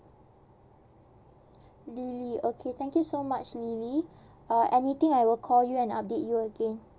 lily okay thank you so much lily uh anything I will call you and update you again